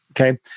Okay